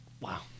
Wow